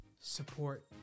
support